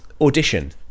Audition